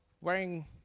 Wearing